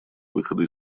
выхода